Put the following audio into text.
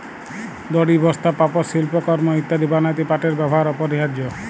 দড়ি, বস্তা, পাপস, সিল্পকরমঅ ইত্যাদি বনাত্যে পাটের ব্যেবহার অপরিহারয অ